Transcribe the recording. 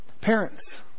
Parents